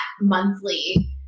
monthly